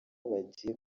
bagiye